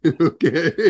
Okay